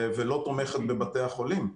ולא תומכת בבתי החולים.